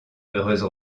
heureuse